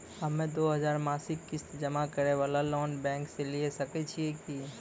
हम्मय दो हजार मासिक किस्त जमा करे वाला लोन बैंक से लिये सकय छियै की?